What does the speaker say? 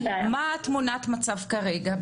מהי תמונת המצב כרגע?